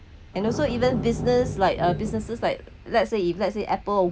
and also even business like a businesses like let's say if let's say Apple